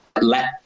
let